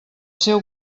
seu